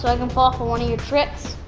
sort of fall for one of your tricks?